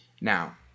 Now